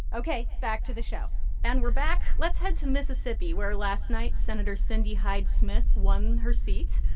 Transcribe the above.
ok, back to the show and we're back. let's head to mississippi, where last night, senator cindy hyde-smith won her seat.